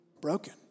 broken